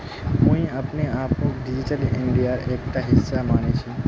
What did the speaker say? मुई अपने आपक डिजिटल इंडियार एकटा हिस्सा माने छि